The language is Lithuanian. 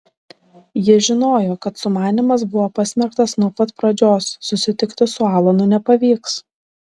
ji žinojo kad sumanymas buvo pasmerktas nuo pat pradžios susitikti su alanu nepavyks